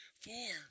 Four